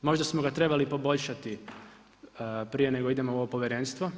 Možda smo ga trebali poboljšati prije nego idemo u ovo povjerenstvo.